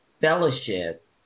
fellowship